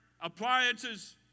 appliances